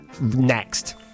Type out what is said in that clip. Next